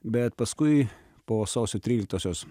bet paskui po sausio tryliktosios